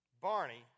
Barney